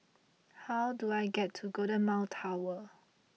how do I get to Golden Mile Tower